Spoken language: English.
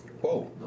Whoa